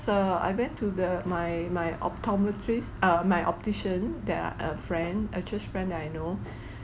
err I went to the my my optometrist uh my optician that uh a friend a church friend that I know